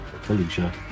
Felicia